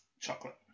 Chocolate